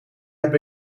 heb